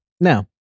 Now